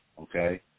okay